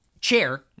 chair